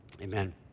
amen